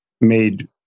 made